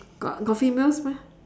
got got females meh